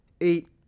eight